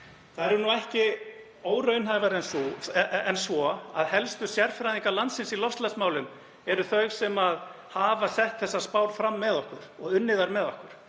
Þær eru ekki óraunhæfari en svo að helstu sérfræðingar landsins í loftslagsmálum eru þau sem hafa sett þessar spár fram með okkur og unnið þær með okkur.